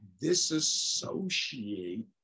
disassociate